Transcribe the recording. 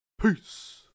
Peace